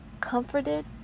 Comforted